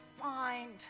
find